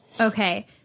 Okay